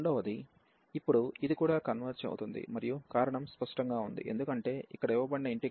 రెండవది ఇప్పుడు ఇది కూడా కన్వెర్జ్ అవుతుంది మరియు కారణం స్పష్టంగా ఉంది ఎందుకంటే ఇక్కడ ఇవ్వబడిన ఇంటిగ్రేండ్ x x21x2